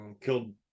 killed